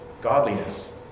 godliness